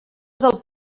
del